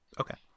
okay